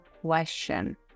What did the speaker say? question